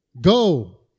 Go